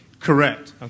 Correct